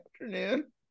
afternoon